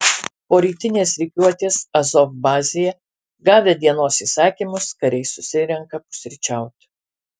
po rytinės rikiuotės azov bazėje gavę dienos įsakymus kariai susirenka pusryčiauti